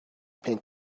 pink